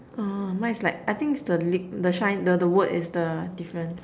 uh mine is like I think its the lip the shine the the word is the difference